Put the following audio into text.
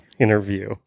interview